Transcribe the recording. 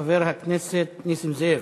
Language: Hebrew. חבר הכנסת נסים זאב,